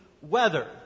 weather